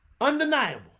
undeniable